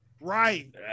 Right